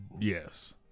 Yes